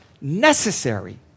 necessary